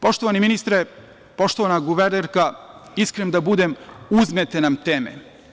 Poštovani ministre, poštovana guvernerka, iskren da budem, uzmete nam teme.